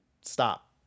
stop